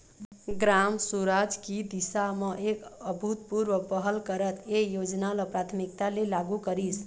ग्राम सुराज की दिशा म एक अभूतपूर्व पहल करत ए योजना ल प्राथमिकता ले लागू करिस